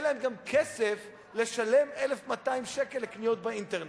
אין להם גם כסף לשלם 1,200 שקל לקניות באינטרנט.